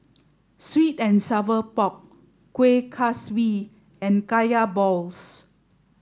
sweet and sour pork Kueh Kaswi and Kaya Balls